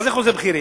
מה זה חוזה בכירים?